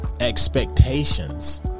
Expectations